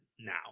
now